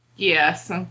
Yes